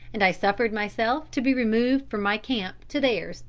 and i suffered myself to be removed from my camp to theirs,